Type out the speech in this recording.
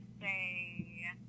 say